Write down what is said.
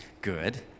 good